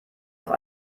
auch